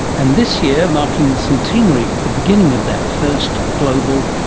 and this year, marking the centenary of the beginning of that first global,